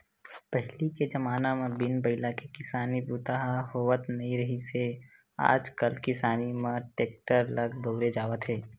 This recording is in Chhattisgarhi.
पहिली के जमाना म बिन बइला के किसानी बूता ह होवत नइ रिहिस हे आजकाल किसानी म टेक्टर ल बउरे जावत हे